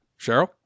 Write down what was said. Cheryl